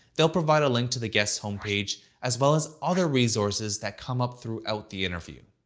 they'll provide a link to the guest's homepage as well as other resources that come up throughout the interview.